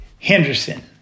Henderson